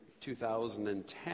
2010